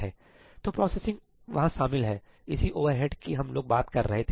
तो प्रोसेसिंग वहां शामिल है इसी ओवरहेड की हम लोग बात कर रहे थे